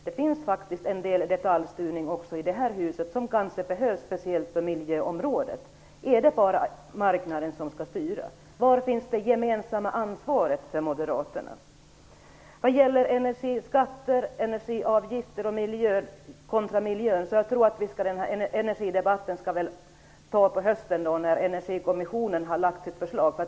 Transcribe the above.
Det finns faktiskt en del detaljstyrning också i det här huset, som kanske behövs speciellt på miljöområdet. Är det bara marknaden som skall styra? Var finns det gemensamma ansvaret för Moderaterna? Vad gäller energiskatter och energiavgifter kontra miljön tror jag att vi skall ta upp detta i energidebatten på hösten när Energikommissionen har lagt fram sitt förslag.